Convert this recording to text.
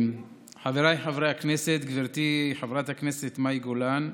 חבריי חברי הכנסת, גברתי חברת הכנסת מאי גולן,